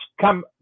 come